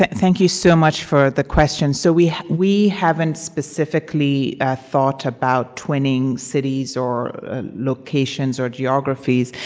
thank you so much for the question. so we we haven't specifically thought about twinning cities or locations or geographies.